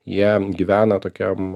jie gyvena tokiam